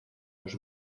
los